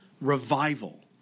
revival